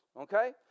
okay